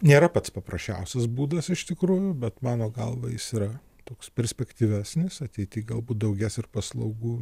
nėra pats paprasčiausias būdas iš tikrųjų bet mano galva jis yra toks perspektyvesnis ateity galbūt daugės ir paslaugų